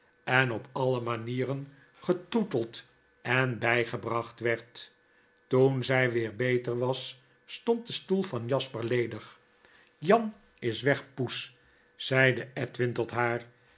en op alle manieren getroeteld en bijgebracht werd toen zij weer beter was stond de stoel van jasper ledig jan is weg poes zeide edwin tot haar